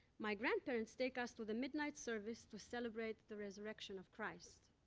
my grandparents take us to the midnight service to celebrate the resurrection of christ.